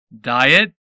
Diet